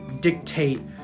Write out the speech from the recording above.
dictate